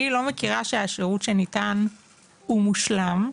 אני לא מכירה שהשירות שניתן הוא מושלם,